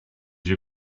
your